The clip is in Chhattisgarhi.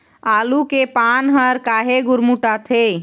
आलू के पान हर काहे गुरमुटाथे?